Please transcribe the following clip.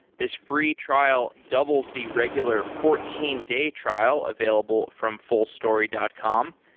this free trial doubles the regular fourteen day trial available from fullstory dot com.